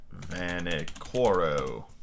Vanicoro